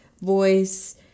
voice